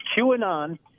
QAnon